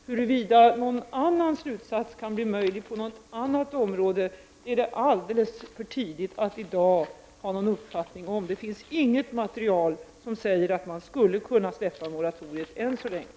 Huruvida någon annan slutsats kan bli möjlig på andra områden är det i dag alldeles för tidigt att ha någon uppfattning om. Det finns inget material än så länge som säger att man kan slopa moratoriet.